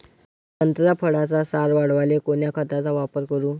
संत्रा फळाचा सार वाढवायले कोन्या खताचा वापर करू?